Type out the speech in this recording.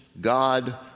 God